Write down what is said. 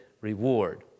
reward